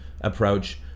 approach